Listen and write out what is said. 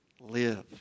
live